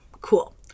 cool